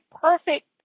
perfect